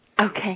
Okay